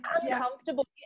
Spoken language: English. uncomfortable